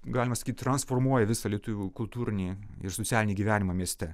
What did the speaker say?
galima sakyt transformuoja visą lietuvių kultūrinį ir socialinį gyvenimą mieste